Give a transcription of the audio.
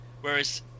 Whereas